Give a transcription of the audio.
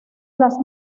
las